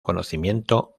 conocimiento